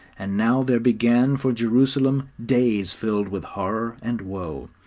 and now there began for jerusalem days filled with horror and woe,